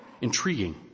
intriguing